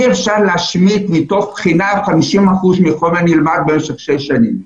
אי אפשר להשמיט מתוך בחינה 50 אחוזים מחומר שנלמד במשך שש שנים.